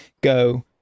go